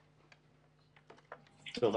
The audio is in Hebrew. טוב,